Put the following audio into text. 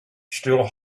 still